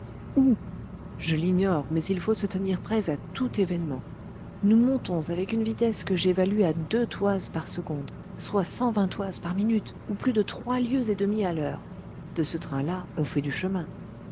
oui je l'ignore mais il faut se tenir prêts à tout événement nous montons avec une vitesse que j'évalue à deux toises par secondes soit cent vingt toises par minute ou plus de trois lieues et demie à l'heure de ce train-là on fait du chemin